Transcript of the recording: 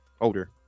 older